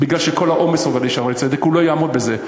מפני שכל העומס עובר ל"שערי צדק"; הוא לא יעמוד בזה.